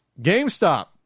GameStop